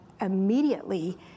immediately